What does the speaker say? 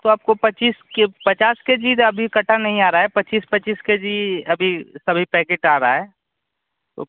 तो आपको पच्चीस के पचास के जी अभी कट्टा नहीं आ रहा है पच्चीस पच्चीस के जी अभी सभी पैकिट आ रहा है तो